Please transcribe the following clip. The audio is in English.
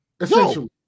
Essentially